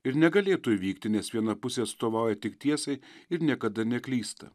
ir negalėtų įvykti nes viena pusė atstovauja tik tiesai ir niekada neklysta